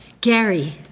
Gary